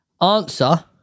Answer